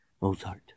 Mozart